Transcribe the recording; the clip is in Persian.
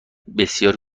بسیاری